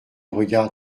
regard